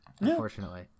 unfortunately